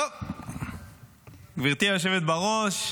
גברתי היושבת בראש,